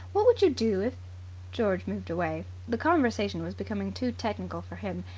what would you do if george moved away. the conversation was becoming too technical for him,